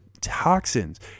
toxins